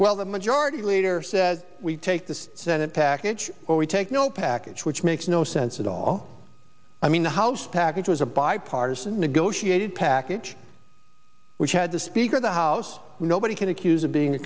well the majority leader said we take the senate package or we take no package which makes no sense at all i mean the house package was a bipartisan negotiated package which had the speaker of the house nobody can accuse of being a